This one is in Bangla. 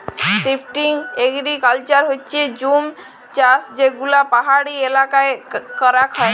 শিফটিং এগ্রিকালচার হচ্যে জুম চাষযেগুলা পাহাড়ি এলাকায় করাক হয়